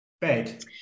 bed